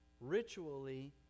ritually